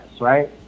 right